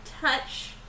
touch